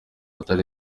atari